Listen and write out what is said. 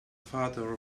father